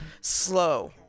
slow